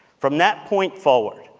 from that point forward,